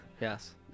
Yes